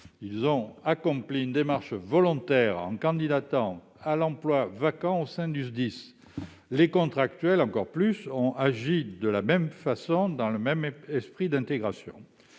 Ils ont accompli une démarche volontaire en candidatant à l'emploi vacant au sein du SDIS. Les contractuels ont agi de la même façon, dans le même esprit d'intégration.